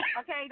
Okay